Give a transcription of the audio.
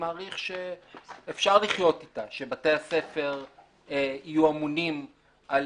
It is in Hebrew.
מעריך שאפשר לחיות איתה שבתי הספר יהיו אמונים על